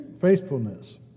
faithfulness